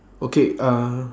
okay uh